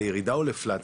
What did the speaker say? לירידה או לflat?